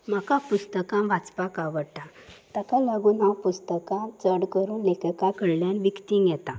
म्हाका पुस्तकां वाचपाक आवडटा ताका लागून हांव पुस्तकां चड करून लेखका कडल्यान विकतीं येता